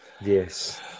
Yes